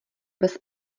bez